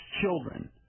children